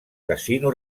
casino